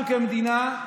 אנחנו, כמדינה,